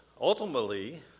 ultimately